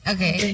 Okay